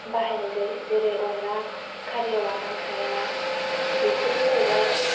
बाहायनाय जायो जेरै अन्दला खारैयाव आगान थाया बेफोरो जाहैबाय